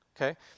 Okay